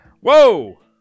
Whoa